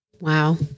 Wow